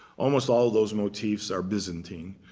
almost all of those motifs are byzantine.